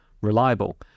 reliable